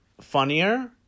funnier